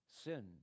Sin